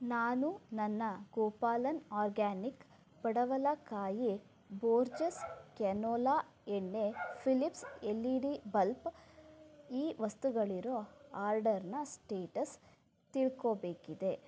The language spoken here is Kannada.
ನಾನು ನನ್ನ ಗೋಪಾಲನ್ ಆರ್ಗ್ಯಾನಿಕ್ ಪಡವಲಕಾಯಿ ಬೋರ್ಜಸ್ ಕ್ಯಾನೋಲಾ ಎಣ್ಣೆ Philips L E D bulb ಈ ವಸ್ತುಗಳಿರೋ ಆರ್ಡರ್ನ ಸ್ಟೇಟಸ್ ತಿಳ್ಕೋಬೇಕಿದೆ